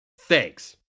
Thanks